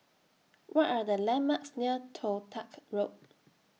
What Are The landmarks near Toh Tuck Road